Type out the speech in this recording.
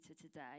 today